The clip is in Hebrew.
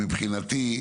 מבחינתי,